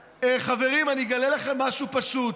חברים, אגלה לכם משהו פשוט: